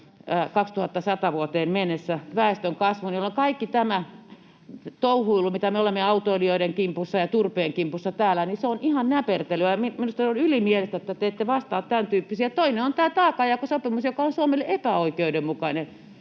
2100-vuoteen mennessä väestönkasvun, jolloin kaikki tämä touhuilu, mitä me olemme autoilijoiden kimpussa ja turpeen kimpussa täällä, on ihan näpertelyä. Minusta on ylimielistä, että te ette vastaa tämäntyyppisiin. Toinen on tämä taakanjakosopimus, joka on Suomelle epäoikeudenmukainen